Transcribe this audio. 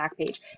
Backpage